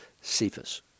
Cephas